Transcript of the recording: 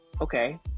okay